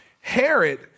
Herod